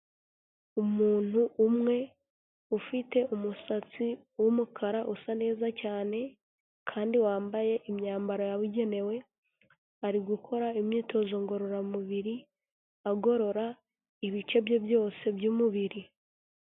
Umuntu umwe ufite umusatsi w'umukara usa neza cyane kandi wambaye imyambaro yabugenewe, ari gukora imyitozo ngororamubiri agorora ibice bye byose by'umubiri.